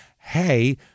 Hey